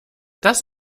das